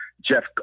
Jeff